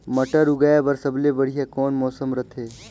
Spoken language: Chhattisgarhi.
मटर उगाय बर सबले बढ़िया कौन मौसम रथे?